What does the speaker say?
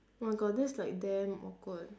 oh my god that's like damn awkward